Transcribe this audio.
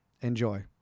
Enjoy